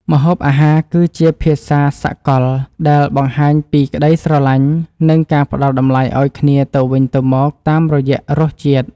ម្ហូបអាហារគឺជាភាសាសកលដែលបង្ហាញពីក្តីស្រឡាញ់និងការផ្តល់តម្លៃឱ្យគ្នាទៅវិញទៅមកតាមរយៈរសជាតិ។